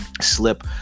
slip